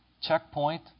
Checkpoint